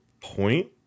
point